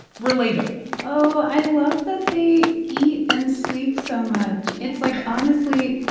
relatable oh, i love that they eat and sleep so much. it's like, honestly,